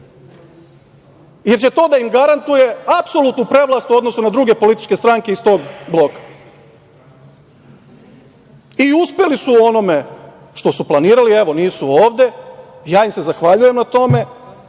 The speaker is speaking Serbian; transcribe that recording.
jer će to da im garantuje apsolutnu prevlast u odnosu na druge političke stranke iz tog bloka.I uspeli su u onome što su planirali, evo nisu ovde. Ja im se zahvaljujem na tome